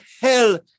hell